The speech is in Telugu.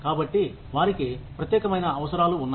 కాబట్టి వారికి ప్రత్యేకమైన అవసరాలు ఉన్నాయి